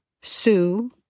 Sue